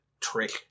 trick